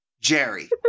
Jerry